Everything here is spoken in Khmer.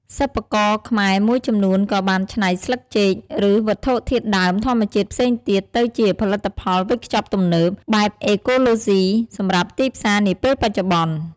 សិប្បករខ្មែរមួយចំនួនក៏បានច្នៃស្លឹកចេក ឬវត្ថុធាតុដើមធម្មជាតិផ្សេងទៀត ទៅជា ផលិតផលវេចខ្ចប់ទំនើប បែបអេកូឡូស៊ីសម្រាប់ទីផ្សារនាពេលបច្ចុប្បន្ន។